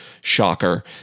Shocker